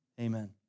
Amen